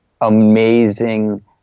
amazing